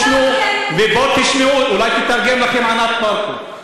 בואו תשמעו, אולי תתרגם לכם ענת ברקו.